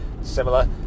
similar